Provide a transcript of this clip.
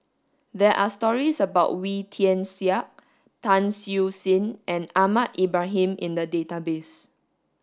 there are stories about Wee Tian Siak Tan Siew Sin and Ahmad Ibrahim in the database